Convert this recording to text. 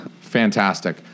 Fantastic